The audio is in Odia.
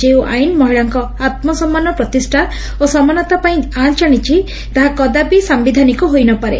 ଯେଉଁ ଆଇନ୍ ମହିଳାଙ୍କ ଆମ୍ସମ୍ମାନ ପ୍ରତିଷା ଓ ସମାନତା ପାଇଁ ଆଞ ଆଶିଛି ତାହା କଦାବି ସାୟିଧାନିକ ହୋଇନପାରେ